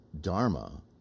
Dharma